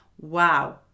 Wow